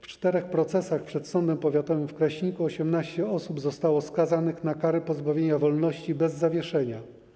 W czterech procesach przed sądem powiatowym w Kraśniku 18 osób zostało skazanych na kary pozbawienia wolności bez zawieszenia.